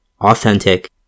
authentic